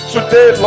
Today